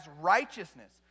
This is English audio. righteousness